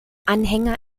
anhänger